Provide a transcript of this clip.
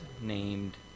named